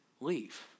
leave